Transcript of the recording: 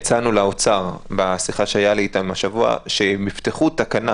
הצענו לאוצר בשיחה שהייתה לי איתם השבוע שהם יפתחו תקנה